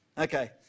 Okay